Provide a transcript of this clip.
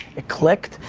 it clicked.